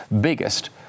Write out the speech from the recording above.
biggest